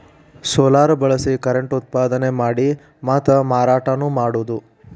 solar ಬಳಸಿ current ಉತ್ಪಾದನೆ ಮಾಡಿ ಮಾತಾ ಮಾರಾಟಾನು ಮಾಡುದು